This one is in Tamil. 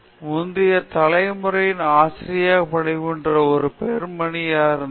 முந்தைய தலைமுறையில்தான் ஆசிரியராக பணிபுரிகிற ஒரே பெண்மணி இருந்தார்